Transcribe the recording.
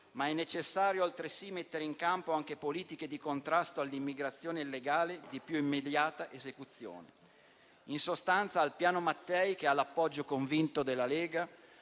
necessario mettere in campo politiche di contrasto all'immigrazione illegale di più immediata esecuzione. In sostanza, al Piano Mattei, che ha l'appoggio convinto della Lega,